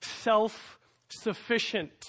self-sufficient